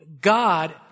God